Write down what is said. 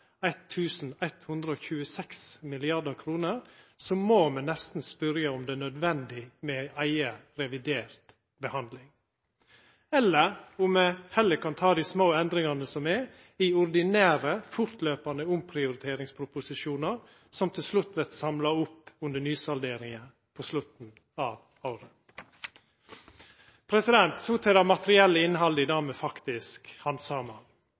må me nesten spørja om det er nødvendig med ei eiga revidert behandling, eller om me heller kan ta dei små endringane som er, i ordinære og fortløpande omprioriteringsproposisjonar, som til slutt vert samla opp under nysalderinga ved slutten av året. Så til det materielle innhaldet i